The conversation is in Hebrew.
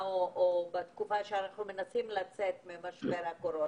כי אנחנו מודעים לזה שלחלק מהמשפחות אין מענה.